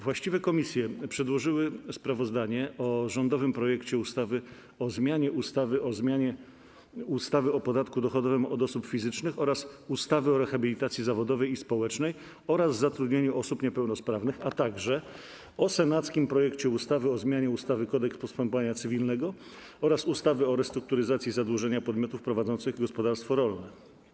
Właściwe komisje przedłożyły sprawozdania o: - rządowym projekcie ustawy o zmianie ustawy o podatku dochodowym od osób fizycznych oraz ustawy o rehabilitacji zawodowej i społecznej oraz zatrudnianiu osób niepełnosprawnych, - senackim projekcie ustawy o zmianie ustawy - Kodeks postępowania cywilnego oraz ustawy o restrukturyzacji zadłużenia podmiotów prowadzących gospodarstwa rolne.